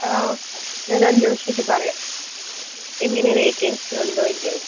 ആഹ് ഞാൻ അന്വേഷിച്ചിട്ട് പറയാം എങ്ങനെ വേക്കന്സി ഉണ്ടോ ഇല്ലയോ എന്ന്